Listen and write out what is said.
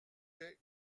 paie